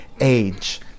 age